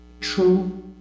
True